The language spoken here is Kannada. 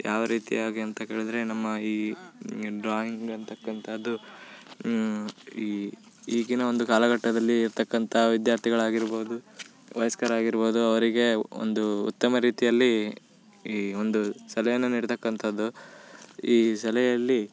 ಯಾವ ರೀತಿಯಾಗಿ ಅಂತ ಕೇಳಿದರೆ ನಮ್ಮ ಈ ಡ್ರಾಯಿಂಗ್ ಅಂಥಕ್ಕಂಥದ್ದು ಈ ಈಗಿನ ಒಂದು ಕಾಲ ಗಟ್ಟದಲ್ಲಿ ಇರ್ತಕ್ಕಂಥ ವಿದ್ಯಾರ್ಥಿಗಳಾಗಿರ್ಬೋದು ವಯಸ್ಕರು ಆಗಿರ್ಬೋದು ಅವರಿಗೆ ಒಂದು ಉತ್ತಮ ರೀತಿಯಲ್ಲಿ ಈ ಒಂದು ಸಲಹೆಯನ್ನು ನೀಡ್ತಕ್ಕಂಥದ್ದು ಈ ಸಲಹೆಯಲ್ಲಿ